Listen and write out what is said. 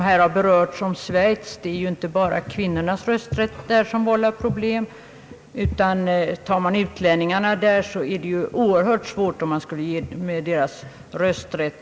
Här har berörts problem i Schweiz. Det är inte bara kvinnornas rösträtt där som vållar problem, Det skulle vara många problem att lösa om man vill ge utlänningarna rösträtt.